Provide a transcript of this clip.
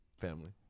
family